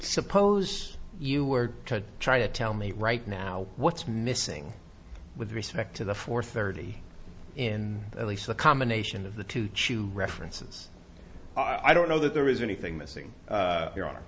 suppose you were to try to tell me right now what's missing with respect to the four thirty in at least the combination of the two chew references i don't know that there is anything missing your hon